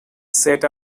set